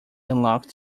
unlocked